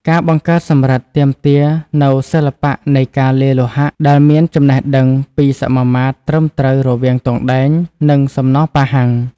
ការបង្កើតសំរឹទ្ធិទាមទារនូវ សិល្បៈនៃការលាយលោហៈ ដែលមានចំណេះដឹងពីសមាមាត្រត្រឹមត្រូវរវាងទង់ដែង និងសំណប៉ាហាំង។